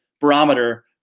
barometer